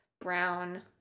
brown